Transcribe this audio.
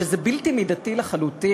שזה בלתי מידתי לחלוטין,